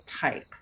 type